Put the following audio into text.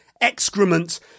excrement